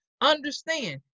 Understand